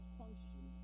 function